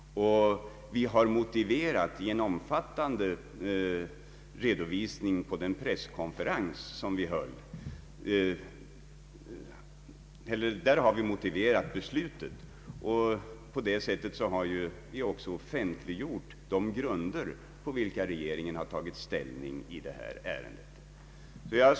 I en fyllig redovisning på den presskonferens som vi höll har vi motiverat beslutet. På det sättet har vi också offentliggjort de grunder, på vilka regeringen tagit ställning i detta ärende.